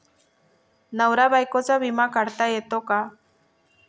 नवरा बायकोचा विमा काढता येतो का?